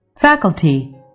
Faculty